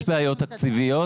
יש בעיות תקציביות.